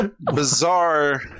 bizarre